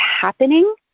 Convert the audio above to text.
happening